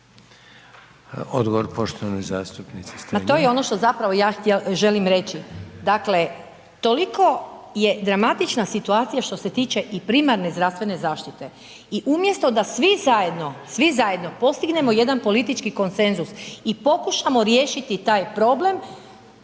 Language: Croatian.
Odgovor poštovane zastupnice